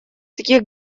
таких